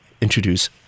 introduce